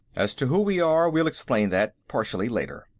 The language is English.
as to who we are, we'll explain that, partially, later.